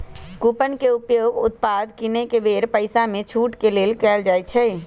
coupon के उपयोग उत्पाद किनेके बेर पइसामे छूट के लेल कएल जाइ छइ